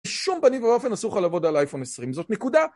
בשום פנים ואופן אסור לך לעבוד על אייפון 20 זאת נקודה